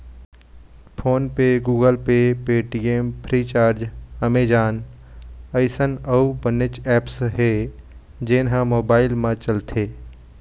phone पे, Google Pay, Paytm, Freecharge, Amazon अइसन अउ बनेच ऐप्स हे जेन ह मोबाईल म चलथे